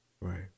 Right